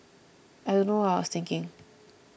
I don't know what I was thinking